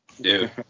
dude